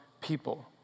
people